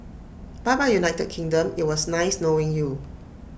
bye bye united kingdom IT was nice knowing you